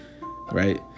right